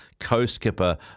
co-skipper